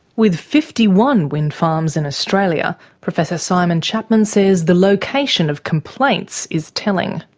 with fifty one wind farms in australia, professor simon chapman says the location of complaints is telling.